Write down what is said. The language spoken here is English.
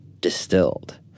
distilled